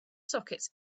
sockets